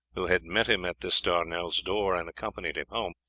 who had met him at d'estournel's door and accompanied him home,